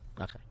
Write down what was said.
Okay